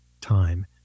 time